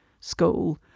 school